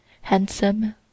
handsome